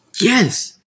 yes